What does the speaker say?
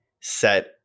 set